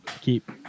keep